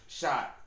shot